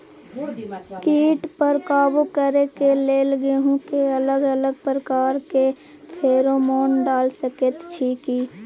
कीट पर काबू करे के लेल गेहूं के अलग अलग प्रकार के फेरोमोन डाल सकेत छी की?